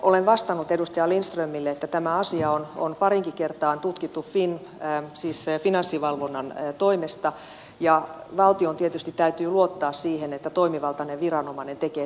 olen vastannut edustaja lindströmille että tämä asia on pariinkin kertaan tutkittu finanssivalvonnan toimesta ja valtion tietysti täytyy luottaa siihen että toimivaltainen viranomainen tekee työnsä hyvin